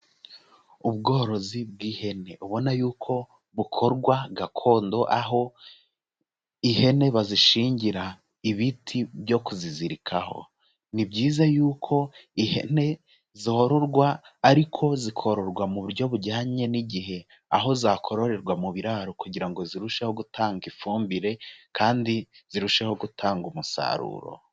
Ubworozi bw'ihene ubona yuko bukorwa gakondo aho ihene bazishingira ibiti byo kuzizirikaho. Ni byiza yuko ihene zororwa ariko zikororwa mu buryo bujyanye n'igihe. Aho zakororerwa mu biraro kugira ngo zirusheho gutanga ifumbire kandi zirusheho gutanga umusaruro.